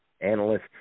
analysts